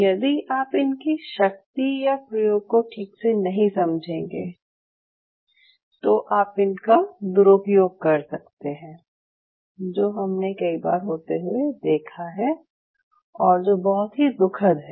यदि आप इनकी शक्ति या प्रयोग को ठीक से नहीं समझेंगे तो आप इनका दुरूपयोग कर सकते हैं जो हमने कई बार होते हुए देखा है और जो बहुत ही दुखद है